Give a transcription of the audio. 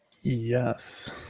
yes